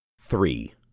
Three